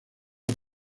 por